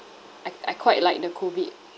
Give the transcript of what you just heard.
I I quite like the COVID